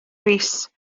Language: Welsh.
rees